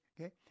okay